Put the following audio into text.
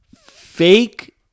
fake